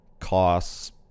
costs